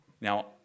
Now